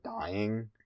dying